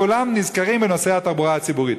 כולם נזכרים בנוסעי התחבורה הציבורית.